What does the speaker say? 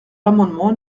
l’amendement